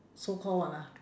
so call what ah